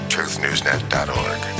TruthNewsNet.org